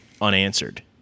unanswered